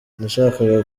nashakaga